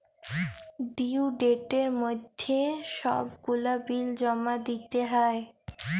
due ডেটের মইধ্যে ছব গুলা বিল জমা দিতে হ্যয়